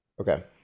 Okay